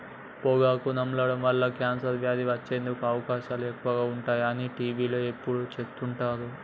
పొగాకు నమలడం వల్ల కాన్సర్ వ్యాధి వచ్చేందుకు అవకాశాలు ఎక్కువగా ఉంటాయి అని టీవీలో ఎప్పుడు చెపుతుంటారు